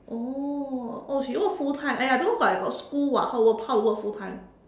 oh oh she work full time !aiya! don't know but I got school [what] how to work how to work full time